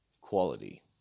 quality